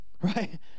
Right